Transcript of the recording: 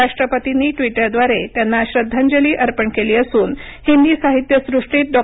राष्ट्रपतींनी ट्विटरद्वारे त्यांना श्रद्धांजली अर्पण केली असून हिंदी साहित्यसृष्टीत डॉ